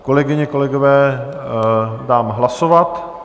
Kolegyně, kolegové, dám hlasovat.